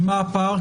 ומה הפער?